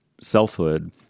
selfhood